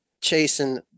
chasing